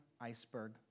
iceberg